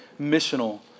missional